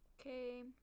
Okay